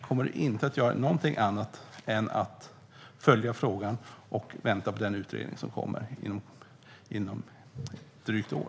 Kommer du inte att göra någonting annat än att följa frågan och vänta på den utredning som kommer om drygt ett år?